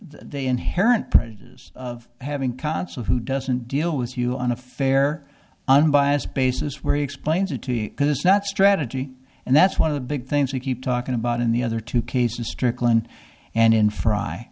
the inherent prejudice of having consul who doesn't deal with you on a fair unbiased basis where he explains it to you because it's not strategy and that's one of the big things we keep talking about in the other two cases strickland and in fry